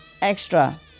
extra